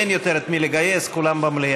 אין יותר את מי לגייס, כולם במליאה.